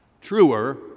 Truer